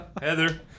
Heather